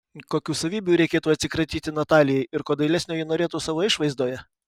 kokių savybių reikėtų atsikratyti natalijai ir ko dailesnio ji norėtų savo išvaizdoje